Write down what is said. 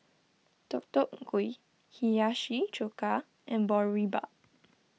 Deodeok Gui Hiyashi Chuka and Boribap